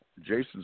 Jason